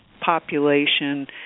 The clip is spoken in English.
population